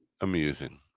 amusing